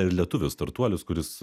lietuvių startuolis kuris